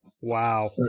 Wow